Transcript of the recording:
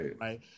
right